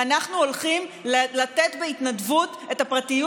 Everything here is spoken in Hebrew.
אנחנו הולכים לתת בהתנדבות את הפרטיות